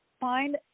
find